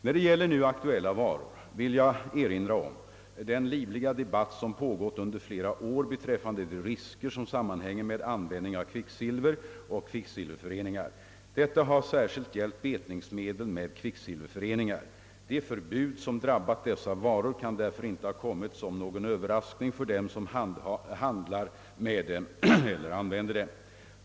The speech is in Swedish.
När det gäller nu aktuella varor vill jag erinra om den livliga debatt som pågått under flera år beträffande de risker som sammanhänger med användning av kvicksilver och kvicksilverföreningar. Detta har särskilt gällt betningsmedel med kvicksilverföreningar. De förbud som drabbat dessa varor kan därför inte ha kommit som någon överraskning för dem som handlar med dem eller använder dem.